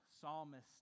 psalmist